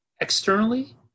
externally